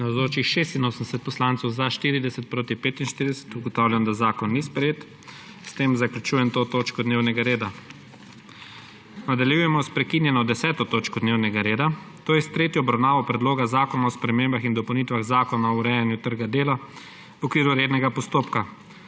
45. (Za je glasovalo 40.) (Proti 45.) Ugotavljam, da zakon ni sprejet. S tem zaključujem to točko dnevnega reda. Nadaljujemo s prekinjeno 10. točko dnevnega reda – tretjo obravnavo Predloga zakona o spremembah in dopolnitvah Zakon o urejanju trga dela v okviru rednega postopka.